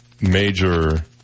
major